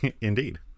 Indeed